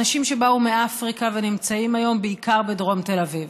אנשים שבאו מאפריקה ונמצאים היום בעיקר בדרום תל אביב.